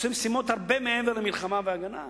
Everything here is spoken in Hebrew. עושים משימות הרבה מעבר למלחמה ולהגנה.